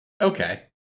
Okay